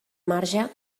marge